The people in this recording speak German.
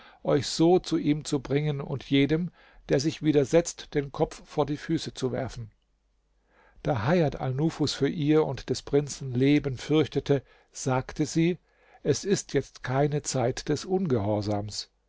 euch so zu ihm zu bringen und jedem der sich widersetzt den kopf vor die füße zu werfen da hajat alnufus für ihr und des prinzen leben fürchtete sagte sie es ist jetzt keine zeit des ungehorsams